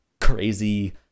crazy